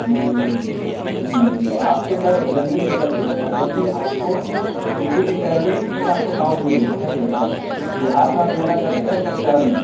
ہوں تو آپ کو سر زمین یہ بتائیے سر زمین آپ کو سٹی میں چاہیے میں آپ کو ٹاؤن میں دوں کہا چاہیے سر دیہات میں آپ لینا چاہتے ہیں یا سر شہر میں